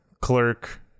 clerk